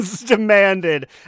demanded